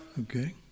Okay